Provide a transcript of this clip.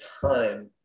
time